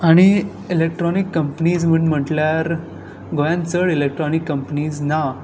आनी electronic companies बी म्हणल्यार गोंयान चड इलेक्ट्रॉनीक कंपनीज ना